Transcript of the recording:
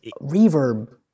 reverb